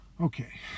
Okay